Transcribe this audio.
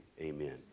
amen